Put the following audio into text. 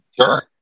Sure